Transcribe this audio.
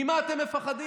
ממה אתם מפחדים?